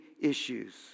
issues